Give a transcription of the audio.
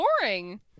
boring